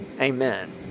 amen